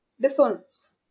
dissonance